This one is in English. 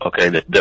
Okay